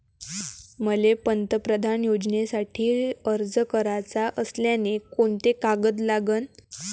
मले पंतप्रधान योजनेसाठी अर्ज कराचा असल्याने कोंते कागद लागन?